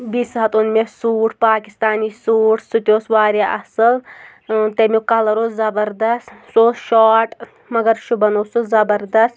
بیٚیہِ ساتہٕ اوٚن مےٚ سوٗٹ پاکِستانی سوٗٹ سُہ تہِ اوس واریاہ اَصٕل تمیُک کَلَر اوس زَبَردَس سُہ اوس شاٹ مگر شوٗبان اوس سُہ زَبَردَس